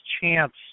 chance